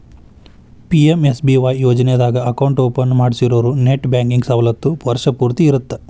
PMSBY ಯೋಜನಾದಾಗ account open ಮಾಡ್ಸಿರೋರು net banking ಸವಲತ್ತು ವರ್ಷ್ ಪೂರ್ತಿ ಇರತ್ತ